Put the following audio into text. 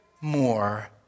more